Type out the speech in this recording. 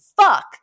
fuck